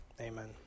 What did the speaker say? Amen